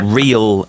real